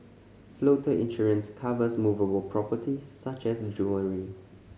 floater insurance covers movable properties such as jewellery